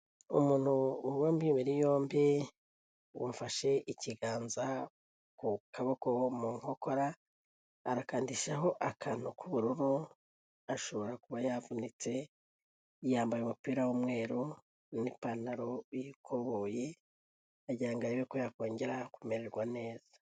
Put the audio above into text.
Umuntu w'imibiri yombi wafashe ikiganza ku kaboko mu nkokora, arakandishaho akantu k'ubururu ashobora kuba yavunitse, yambaye umupira w'umweru n'ipantaro y'ikoboyi, aragira ngo arebe ko yakongera kumererwa neza.